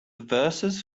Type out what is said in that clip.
verses